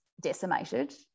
decimated